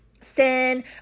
sin